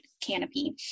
canopy